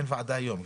אין ועדה היום.